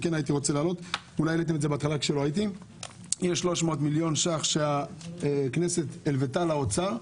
יש 300 מיליון שקלים שהכנסת הלוותה לאוצר.